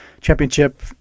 championship